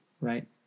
right